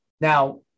Now